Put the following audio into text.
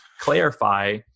clarify